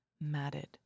matted